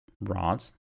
rods